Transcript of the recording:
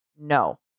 no